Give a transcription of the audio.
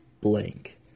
blank